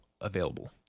available